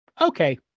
Okay